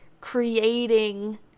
creating